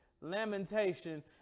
lamentation